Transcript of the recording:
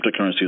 cryptocurrencies